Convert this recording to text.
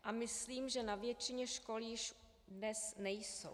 A myslím, že na většině škol již dnes nejsou.